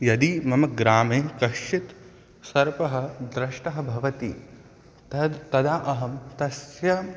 यदि मम ग्रामे कश्चित् सर्पः दृष्टः भवति तद् तदा अहं तस्य